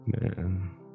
Man